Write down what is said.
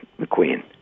McQueen